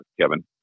Kevin